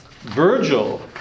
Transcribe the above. Virgil